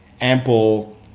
ample